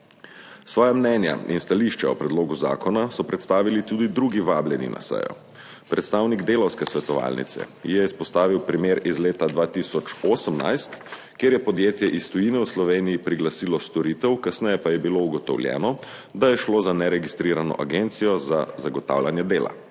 Svoja mnenja in stališča o predlogu zakona so predstavili tudi drugi vabljeni na sejo. Predstavnik Delavske svetovalnice je izpostavil primer iz leta 2018, kjer je podjetje iz tujine v Sloveniji priglasilo storitev, kasneje pa je bilo ugotovljeno, da je šlo za neregistrirano agencijo za zagotavljanje dela.